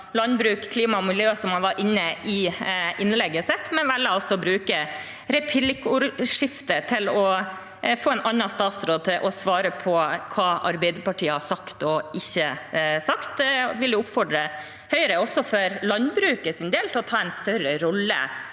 landbruk, klima og miljø, som representanten var inne på i innlegget sitt, men man velger altså å bruke replikkordskiftet til å få en annen statsråd til å svare på hva Arbeiderpartiet har sagt og ikke sagt. Jeg vil oppfordre Høyre, også for landbruket sin del, til å ta en større rolle